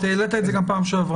אתה העלית את זה גם בפעם שעברה.